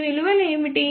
ఈ విలువలు ఏమిటి